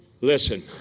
Listen